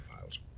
files